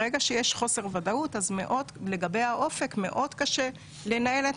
ברגע שיש חוסר ודאות אז לגבי האופק מאוד קשה לנהל את